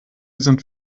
sind